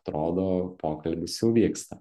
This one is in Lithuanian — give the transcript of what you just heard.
atrodo pokalbis jau vyksta